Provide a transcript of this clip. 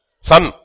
son